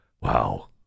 Wow